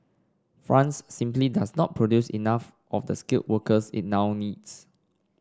France simply does not produce enough of the skilled workers it now needs